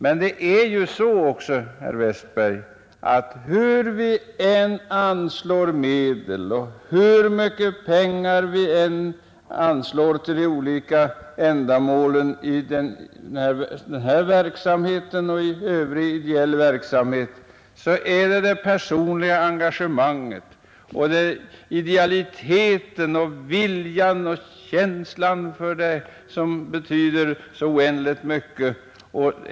Men, herr Westberg i Ljusdal, hur mycket pengar vi än anslår till de olika ändamålen i den här verksamheten och övrig ideell verksamhet så är det idealiteten, det personliga engagemanget och viljan och känslan för saken som betyder så oändligt mycket.